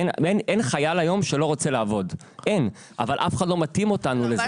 אין היום חייל שלא רוצה לעבוד אבל אף אחד לא מתאים אותנו לזה.